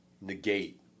negate